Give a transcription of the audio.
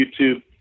YouTube